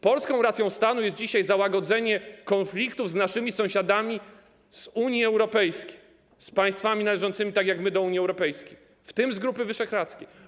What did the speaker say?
Polską racją stanu jest dzisiaj załagodzenie konfliktów z naszymi sąsiadami z Unii Europejskiej, z państwami należącymi tak jak my do Unii Europejskiej, w tym z tymi z Grupy Wyszehradzkiej.